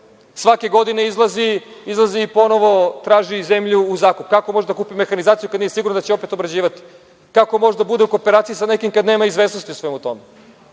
Svake godine izlazi ponovo i traži zemlju u zakup. Kako može da kupi mehanizaciju kada nije siguran da će opet obrađivati? Kako može da bude u kooperaciji sa nekim kada nema izvesnosti u svemu